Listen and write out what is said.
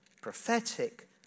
prophetic